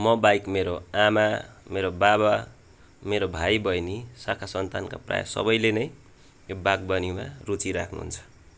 म बाहेक मेरो आमा मेरो बाबा मेरो भाइ बहिनी शाखा सन्तानका प्रायः सबैले नै यो बागवानीमा रूचि राख्नुहुन्छ